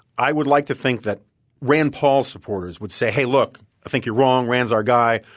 i would like to think that rand paul supporters would say, hey look, i think you're wrong. rand is our guy.